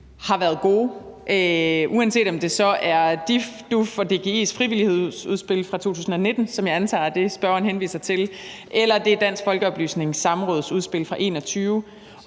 har været gode, uanset om det så er DIF, DUF og DGI's frivillighedsudspil fra 2019, som jeg antager er det, spørgeren henviser til, eller det er Dansk Folkeoplysnings Samråds udspil fra 2021,